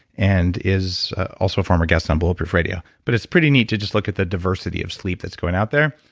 and is also a former guest on bulletproof radio but it's pretty neat to just look at the diversity of sleep that's going out there,